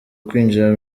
kwinjira